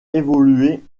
évolué